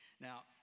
Now